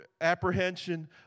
apprehension